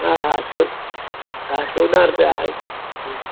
हा हा चो हा चोॾहा रुपया आहे